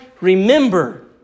remember